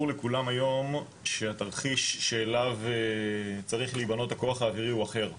לכולם היום שהתרחיש שאליו צריך להבנות הכוח האווירי הוא אחר.